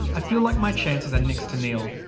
i feel like my chances are next to nil.